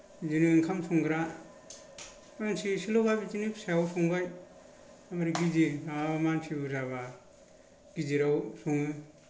बिदिनो ओंखाम संग्रा मानसि एसेल'बा बिदिनो फिसायाव संबाय ओमफ्राय गिदिर माब्लाबा मानसि बुरजाबा गिदिराव सङो